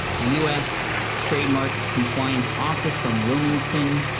us trademark compliance office from wilmington,